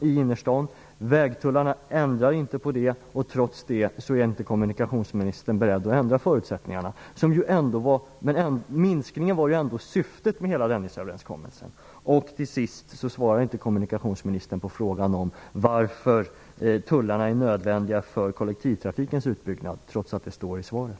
i innerstan. Vägtullarna förändrar inte detta, trots det är inte kommunikationsministern beredd att ändra förutsättningarna. En minskning var ju ändå syftet med hela Dennisöverenskommelsen. Slutligen svarade inte kommunikationsministern på frågan om varför tullarna är nödvändiga för kollektivtrafikens utbyggnad, trots att det står i svaret.